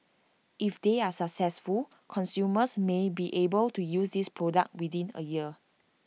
if they are successful consumers may be able to use this product within A year